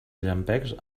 llampecs